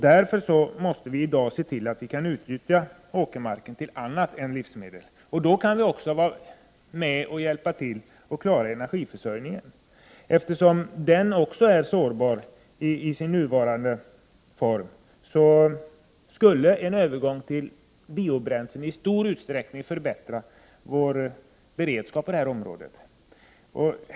Därför måste vi i dag se till att vi kan utnyttja åkermarken till annat än livsmedel. Då kan vi också vara med och hjälpa till att klara energiförsörjningen. Den är också sårbar i sin nuvarande form. En övergång till biobränsle skulle i stor utsträckning förbättra vår beredskap på detta område.